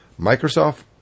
Microsoft